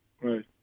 Right